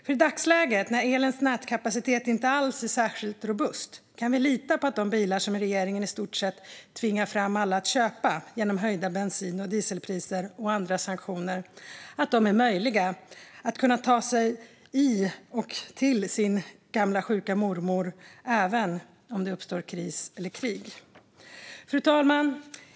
Kan vi i dagsläget, när elens nätkapacitet inte alls är särskilt robust, lita på att de bilar som regeringen i stort sett tvingar alla att köpa genom höjda bensin och dieselpriser och andra sanktioner är möjliga att ta sig till sin gamla sjuka mormor med även om det uppstår kris eller krig? Fru talman!